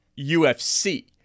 UFC